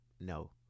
No